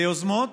ליוזמות,